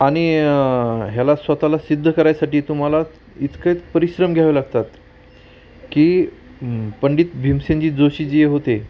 आणि याला स्वतःला सिद्ध करायसाठी तुम्हाला इतके परिश्रम घ्यावे लागतात की पंडित भीमसेनजी जोशी जी होते